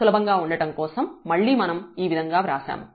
సులభంగా ఉండటం కోసం మళ్ళీ మనం ఈ విధంగా వ్రాశాము